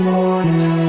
Morning